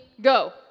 Go